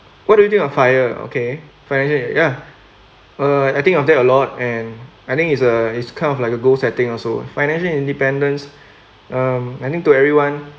what do you think of fire okay fire ya uh I think of that a lot and I think it's uh it's kind of like a goal setting also financial independence um I think to everyone